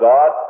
God